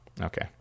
okay